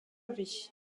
vie